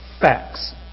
facts